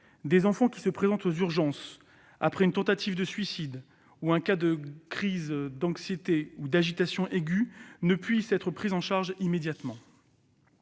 des enfants qui se présentent aux urgences après une tentative de suicide ou en cas de crise d'anxiété ou d'agitation aigüe ne puissent être pris en charge immédiatement.